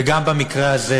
וגם במקרה הזה